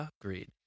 Agreed